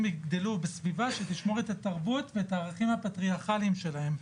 יגדלו בסביבה שתשמור את התרבות והערכים הפטריארכליים שלהם.